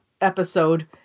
episode